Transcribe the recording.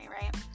right